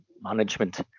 management